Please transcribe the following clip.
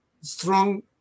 strong